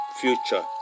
future